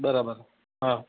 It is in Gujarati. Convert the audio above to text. બરાબર હા